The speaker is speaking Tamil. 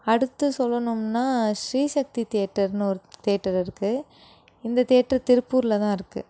அடுத்து சொல்லுணும்னா ஸ்ரீசக்தி தேட்டர்னு ஒரு தேட்டர் இருக்கு இந்த தேட்ரு திருப்பூரில் தான் இருக்கு